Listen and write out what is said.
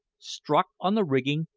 struck on the rigging,